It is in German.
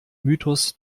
mythos